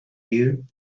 you